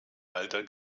alter